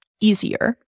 easier